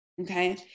okay